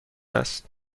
است